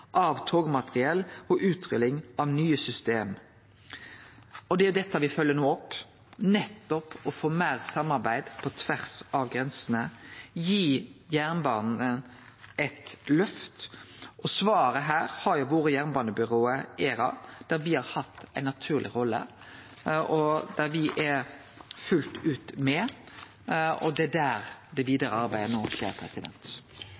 av togmateriell og utrulling av nye system. Det er dette me no følgjer opp, nettopp å få meir samarbeid på tvers av grensene og gi jernbanen eit løft. Svaret her har vore jernbanebyrået ERA, der me har hatt ei naturleg rolle, og der me er fullt ut med. Det er der det